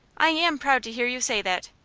i am proud to hear you say that.